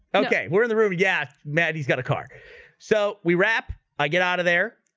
okay. we're in the room yeah, maddie's got a car so we wrap i get out of there.